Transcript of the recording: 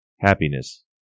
Happiness